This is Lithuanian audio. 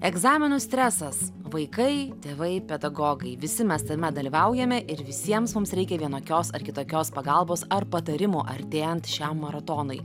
egzaminų stresas vaikai tėvai pedagogai visi mes tame dalyvaujame ir visiems mums reikia vienokios ar kitokios pagalbos ar patarimo artėjant šiam maratonui